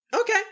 Okay